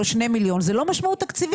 או 2 מיליון ₪ זו לא משמעות תקציבית.